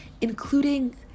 including